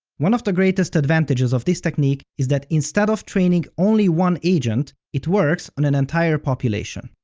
one of the greatest advantages of this technique is that instead of training only one agent, it works on an entire population.